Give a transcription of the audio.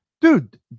Dude